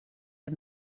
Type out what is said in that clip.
and